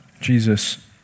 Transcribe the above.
Jesus